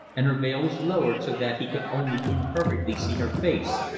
and her veil was lowered so that he could only imperfectly see her face,